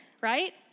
right